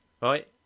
right